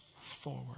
forward